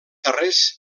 tarrés